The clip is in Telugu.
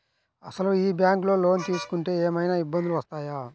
అసలు ఈ బ్యాంక్లో లోన్ తీసుకుంటే ఏమయినా ఇబ్బందులు వస్తాయా?